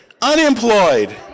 unemployed